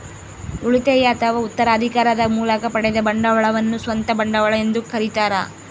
ಉಳಿತಾಯ ಅಥವಾ ಉತ್ತರಾಧಿಕಾರದ ಮೂಲಕ ಪಡೆದ ಬಂಡವಾಳವನ್ನು ಸ್ವಂತ ಬಂಡವಾಳ ಎಂದು ಕರೀತಾರ